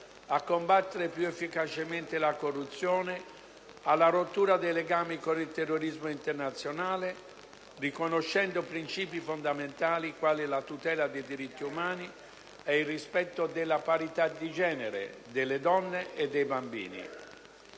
a combattere più efficacemente la corruzione, alla rottura dei legami con il terrorismo internazionale, riconoscendo princìpi fondamentali quali la tutela dei diritti umani e il rispetto della parità di genere, delle donne e dei bambini.